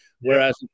Whereas